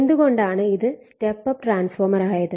എന്തുകൊണ്ടാണ് ഇത് step up transformer ആയത്